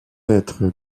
être